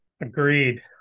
Agreed